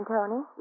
Tony